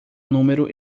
número